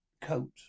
coat